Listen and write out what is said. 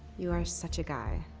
you are such a guy.